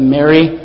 Mary